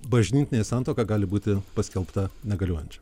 bažnytinė santuoka gali būti paskelbta negaliojančia